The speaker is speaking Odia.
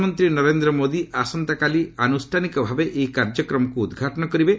ପ୍ରଧାନମନ୍ତ୍ରୀ ନରେନ୍ଦ୍ର ମୋଦି ଆସନ୍ତାକାଲି ଆନୁଷ୍ଠାନିକ ଭାବେ ଏହି କାର୍ଯ୍ୟକ୍ରମକୁ ଉଦ୍ଘାଟନ କରିବେ